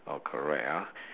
all correct ah